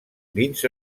vins